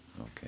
Okay